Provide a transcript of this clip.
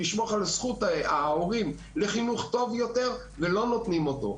לשמור על זכות ההורים לחינוך טוב יותר ולא נותנים אותו.